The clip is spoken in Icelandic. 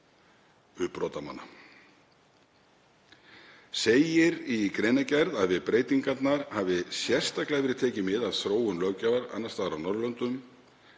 brotamönnum. Segir í greinargerð að við breytingarnar hafi sérstaklega verið tekið mið af þróun löggjafar annars staðar á Norðurlöndum,